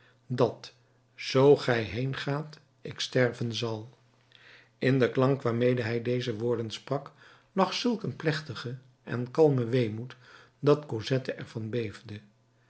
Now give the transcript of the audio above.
dat zoo gij heen gaat ik sterven zal in den klank waarmede hij deze woorden sprak lag zulk een plechtige en kalme weemoed dat cosette ervan